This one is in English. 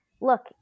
look